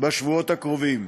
בשבועות הקרובים.